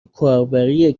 کاربری